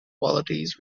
qualities